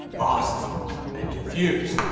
lost and confused,